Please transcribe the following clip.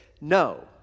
no